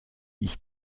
ich